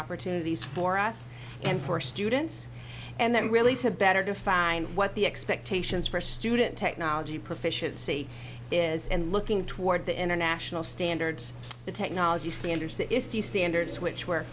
opportunities for us and for students and then really to better define what the expectations for student technology proficiency is and looking toward the international standards the technology standards that is the standards which were